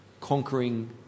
conquering